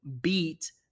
beat